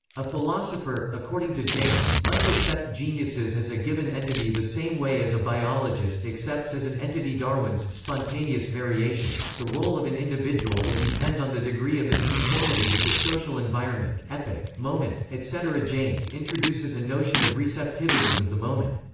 a philosopher, according to james, must accept geniuses as a given entity the same way as a biologist accepts as an entity darwin's spontaneous variations the role of an individual will depend on the degree of its conformity with the social environment, epoch, moment, etc james introduces a notion of receptivities of the moment.